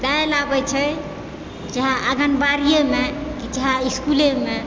दालि आबै छै चाहे आँगनबाड़ियैमे कि चाहे इसकुलेमे